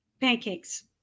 pancakes